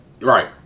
Right